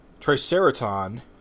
Triceraton